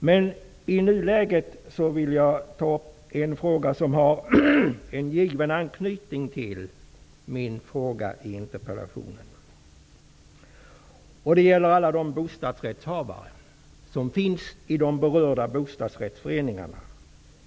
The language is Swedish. I nuläget vill jag ta upp en fråga som har en given anknytning till min fråga i interpellationen. Det gäller alla bostadsrättshavarna i de berörda bostadsrättsföreningarna.